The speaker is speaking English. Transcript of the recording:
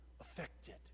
affected